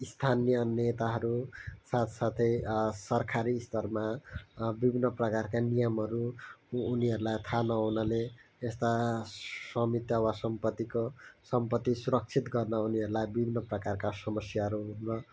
स्थानीय नेताहरू साथसाथै सरकारी स्तरमा विभिन्न प्रकारका नियमहरू उनीहरूलाई थाहा नहुनाले यस्ता स्वामित्व वा सम्पत्तिको सम्पत्ति सुरक्षित गर्न उनीहरूलाई विभिन्न प्रकारका समस्याहरू हुन